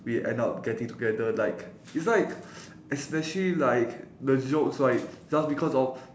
we end up getting together like it's like especially like the jokes like just because of